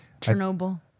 Chernobyl